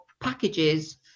packages